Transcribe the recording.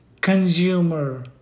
consumer